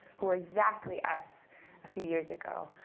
who are exactly us a few years ago,